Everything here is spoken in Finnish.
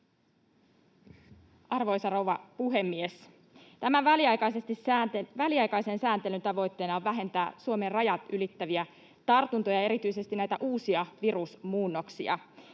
Arvoisa rouva puhemies! Tämän väliaikaisen sääntelyn tavoitteena on vähentää Suomen rajat ylittäviä tartuntoja ja erityisesti näitä uusia virusmuunnoksia.